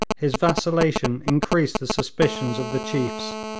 his vacillation increased the suspicions of the chiefs,